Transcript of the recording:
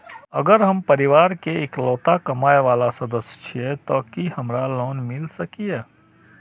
अगर हम परिवार के इकलौता कमाय वाला सदस्य छियै त की हमरा लोन मिल सकीए?